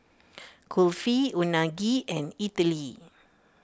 Kulfi Unagi and Idili